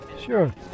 Sure